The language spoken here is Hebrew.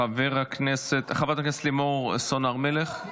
חברת הכנסת לימור סון הר מלך.